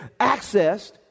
accessed